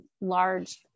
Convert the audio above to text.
large